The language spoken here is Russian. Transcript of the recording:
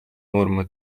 нормы